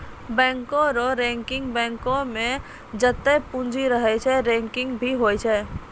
बैंको रो रैंकिंग बैंको मे जत्तै पूंजी रहै छै रैंकिंग भी होय छै